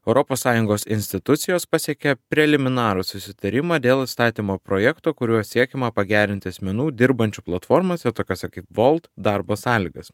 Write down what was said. europos sąjungos institucijos pasiekė preliminarų susitarimą dėl įstatymo projekto kuriuo siekiama pagerinti asmenų dirbančių platformose tokiose kaip volt darbo sąlygas